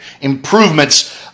improvements